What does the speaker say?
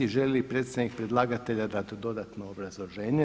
Želi li predstavnik predlagatelja dati dodatno obrazloženje?